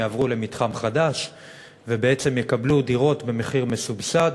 יעברו למתחם חדש ובעצם יקבלו דירות במחיר מסובסד,